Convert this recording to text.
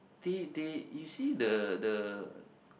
they they you see the the